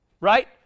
Right